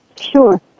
Sure